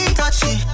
touchy